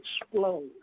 explode